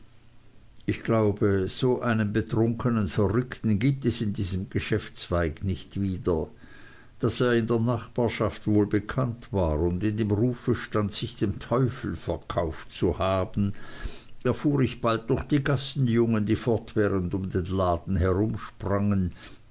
ich glaube so einen betrunkenen verrückten gibt es in diesem geschäftszweig nicht wieder daß er in der nachbarschaft wohl bekannt war und in dem ruf stand sich dem teufel verkauft zu haben erfuhr ich bald durch die gassenjungen die fortwährend um den laden herumsprangen